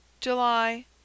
July